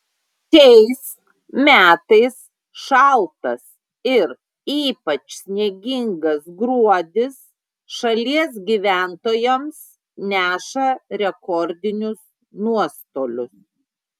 šiais metais šaltas ir ypač sniegingas gruodis šalies gyventojams neša rekordinius nuostolius